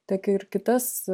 tiek ir kitas